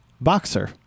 Boxer